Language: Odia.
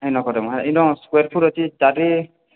ହେଇ ନ ପାରିବ ସ୍କୋୟାରଫୁଟ୍ ଅଛି ଚାରି